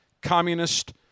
Communist